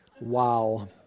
Wow